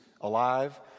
alive